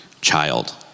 child